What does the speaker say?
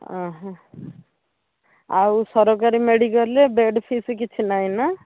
ଅଁ ହଁ ଆଉ ସରକାରୀ ମେଡ଼ିକାଲ୍ରେ ବେଡ଼୍ ଫିସ୍ କିଛି ନାଇଁନା